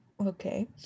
okay